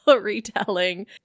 retelling